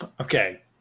Okay